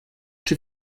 czy